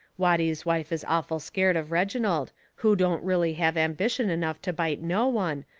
watty's wife is awful scared of reginald, who don't really have ambition enough to bite no one,